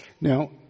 Now